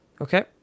Okay